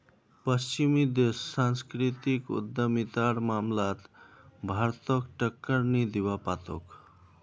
पश्चिमी देश सांस्कृतिक उद्यमितार मामलात भारतक टक्कर नी दीबा पा तेक